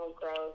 growth